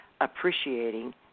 appreciating